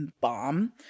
bomb